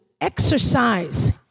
exercise